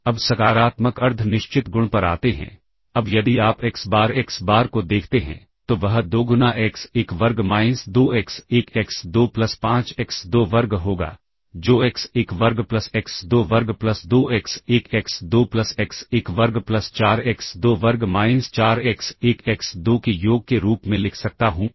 अब सकारात्मक अर्ध निश्चित गुण पर आते हैं अब यदि आप एक्स बार एक्स बार को देखते हैं तो वह दोगुना एक्स 1 वर्ग minus 2 x 1 x 2 plus 5 x 2 वर्ग होगा जो एक्स 1 वर्ग प्लस एक्स 2 वर्ग plus 2 x 1 x 2 plus x 1 वर्ग प्लस 4 एक्स 2 वर्ग माइनस 4 एक्स 1 एक्स 2 के योग के रूप में लिख सकता हूं